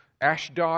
Ashdod